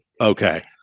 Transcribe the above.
okay